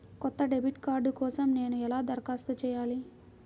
కొత్త debit card కోసం నేను ఎలా దరఖాస్తు చేయాలి?